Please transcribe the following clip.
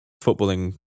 footballing